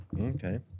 okay